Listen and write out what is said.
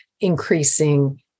increasing